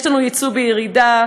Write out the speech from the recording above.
יש לנו יצוא בירידה,